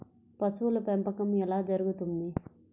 పశువుల పెంపకం ఎలా జరుగుతుంది?